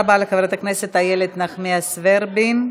תודה רבה לחברת הכנסת איילת נחמיאס ורבין.